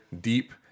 deep